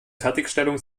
fertigstellung